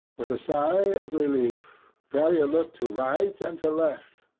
with a sigh of relief, ferrier looked to right and to left,